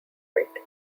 fight